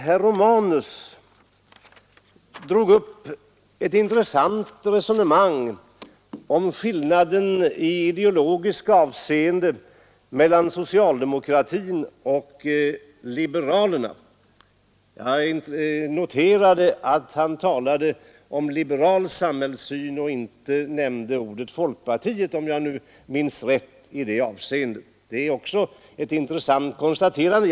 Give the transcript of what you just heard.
Herr Romanus drog upp ett intressant resonemang om skillnaden i ideologiskt avseende mellan socialdemokratin och liberalerna. Jag noterade att han talade om liberal samhällssyn och att han, om jag minns rätt, inte alls nämnde ordet folkpartiet i sammanhanget. Det är ett intressant konstaterande.